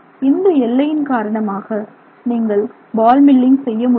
இந்த எல்லையில் காரணமாக நீங்கள் பால் மில்லிங் செய்ய முடிகிறது